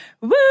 woo